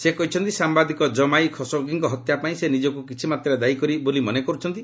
ସେ କହିଛନ୍ତି ସାମ୍ଭାଦିକ ଜମାଇ ଖସୋଗିଙ୍କ ହତ୍ୟା ପାଇଁ ସେ ନିଜକୁ କିଛିମାତ୍ରାରେ ଦାୟୀ ବୋଲି ମନେ କରୁଛନ୍ତି